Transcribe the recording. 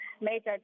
Major